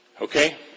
Okay